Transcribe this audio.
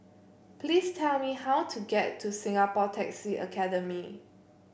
please tell me how to get to Singapore Taxi Academy